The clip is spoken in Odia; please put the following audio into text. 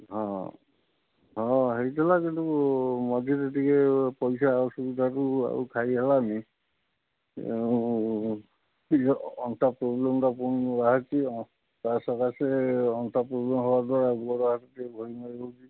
ହଁ ହଁ ହୋଇଥିଲା କିନ୍ତୁ ମଝିରେ ଟିକେ ପଇସା ଅସୁବିଧାକୁ ଆଉ ଖାଇହେଲାନି ତେଣୁ ଟିକେ ଅଣ୍ଟା ପ୍ରୋବ୍ଲେମଟା ପୁଣି ବାହାରିଛି ଆଉ ତା ସକାଶେ ଅଣ୍ଟା ପ୍ରୋବ୍ଲେମ୍ ହେବା ଦ୍ୱାରା